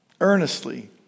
Earnestly